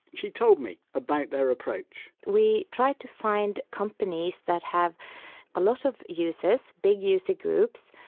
she told me about their approach we try to find companies that have a lot of users, big user groups,